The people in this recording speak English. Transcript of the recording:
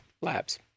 Labs